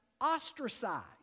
ostracized